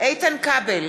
איתן כבל,